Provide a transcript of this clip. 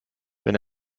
wenn